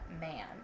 man